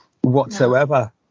whatsoever